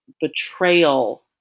betrayal